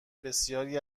بسیاری